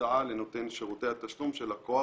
הודעה לנותן שירותי התשלום של לקוח